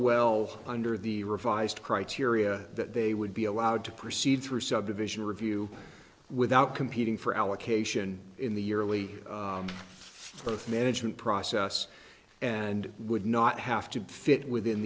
well under the revised criteria that they would be allowed to proceed through subdivision review without competing for allocation in the yearly earth management process and would not have to fit within